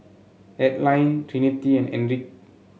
Aline Trinity and Enrique